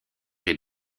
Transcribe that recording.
est